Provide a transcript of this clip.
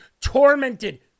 tormented